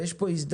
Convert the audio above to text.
ויש פה הזדמנות,